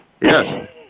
yes